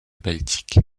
baltique